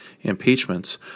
impeachments